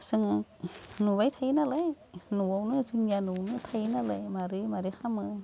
जोङो नुबाय थायो नालाय न'आवनो जोंनिया न'आवनो थायो नालाय मारै मारै खामो